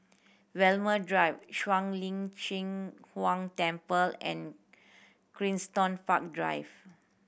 Walmer Drive Shuang Lin Cheng Huang Temple and Park Drive